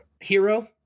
Hero